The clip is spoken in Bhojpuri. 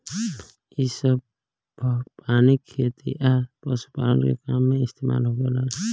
इ सभ पानी खेती आ पशुपालन के काम में इस्तमाल होखेला